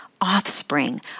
offspring